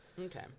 Okay